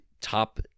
top